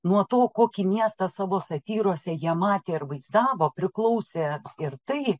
nuo to kokį miestą savo satyrose jie mąstė ar vaizdavo priklausė ir tai